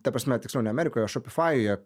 ta prasme tiksliau ne amerikoje šopifajuje